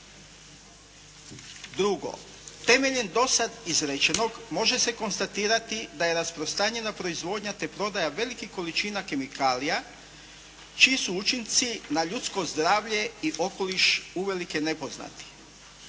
Drugo. Temeljem dosad izrečenog može se konstatirati da je rasprostranjena proizvodnja te prodaja velikih količina kemikalija čiji su učinci na ljudsko zdravlje i okoliš uvelike nepoznati.